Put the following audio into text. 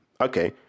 okay